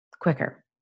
quicker